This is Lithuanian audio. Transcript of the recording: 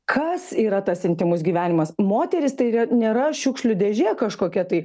kas yra tas intymus gyvenimas moterys tai yra nėra šiukšlių dėžė kažkokia tai